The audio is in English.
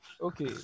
okay